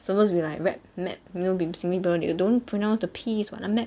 supposed to be like rap map no be singing don't pronounce the P's what then after that